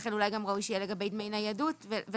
ולכן אולי גם ראוי שיהיה לגבי דמי ניידות ולכן